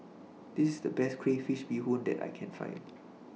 This IS The Best Crayfish Beehoon that I Can Find